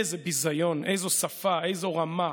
איזה ביזיון, איזו שפה, איזו רמה.